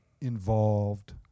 involved